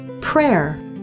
Prayer